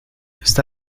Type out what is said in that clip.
está